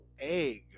egg